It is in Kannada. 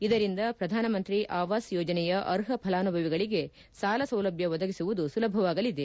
ಇದರಿಂದ ಪ್ರಧಾನ ಮಂತ್ರಿ ಆವಾಸ್ ಯೋಜನೆಯ ಅರ್ಹ ಫಲಾನುಭವಿಗಳಿಗೆ ಸಾಲಸೌಲಭ್ಞ ಒದಗಿಸುವುದು ಸುಲಭವಾಗಲಿದೆ